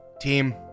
Team